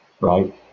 right